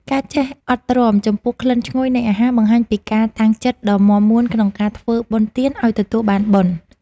ការចេះអត់ទ្រាំចំពោះក្លិនឈ្ងុយនៃអាហារបង្ហាញពីការតាំងចិត្តដ៏មាំមួនក្នុងការធ្វើបុណ្យទានឱ្យទទួលបានបុណ្យ។